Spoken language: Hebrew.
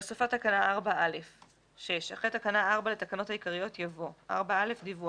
הוספת תקנה 4א אחרי תקנה 4 לתקנות העיקריות יבוא: "4א.דיווח